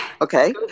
Okay